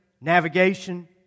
navigation